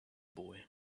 boy